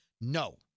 no